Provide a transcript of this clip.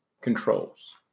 controls